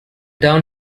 town